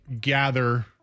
gather